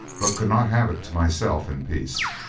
but could not have it to myself in peace.